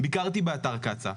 ביקרתי באתר קצא"א.